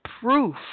proof